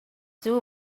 too